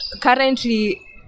currently